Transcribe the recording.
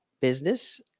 business